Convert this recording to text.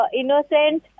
innocent